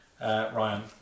Ryan